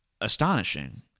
astonishing